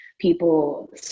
people